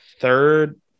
third